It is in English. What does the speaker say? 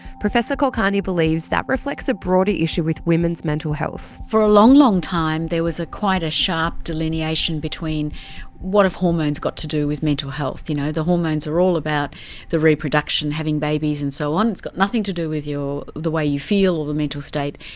professor kulkarni believes that reflects a broader issue with women's mental health. for a long, long time there was quite a sharp delineation between what have hormones got to do with mental health? you know, the hormones are all about the reproduction, having babies and so on, it's got nothing to do with the way you feel, or the mental state.